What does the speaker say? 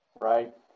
right